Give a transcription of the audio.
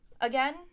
again